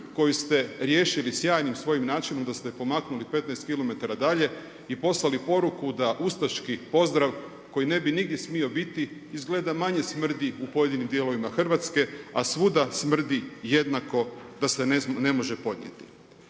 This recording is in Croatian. koju ste riješili sjajnim svojim načinom da ste je pomaknuli 15 km dalje i poslali poruku da ustaški pozdrav koji ne bi nigdje smio biti izgleda manje smrdi u pojedinim dijelovima Hrvatske, a svuda smrdi jednako da se ne može podnijeti.